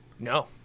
No